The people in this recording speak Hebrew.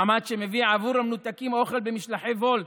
מעמד שמביא עבור המנותקים את האוכל במשלוחי וולט,